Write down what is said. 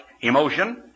emotion